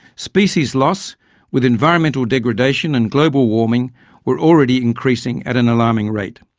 species loss with environmental degradation and global warming were already increasing at an alarming rate.